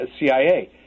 CIA